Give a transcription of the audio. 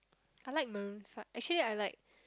I like Maroon-Five actually I like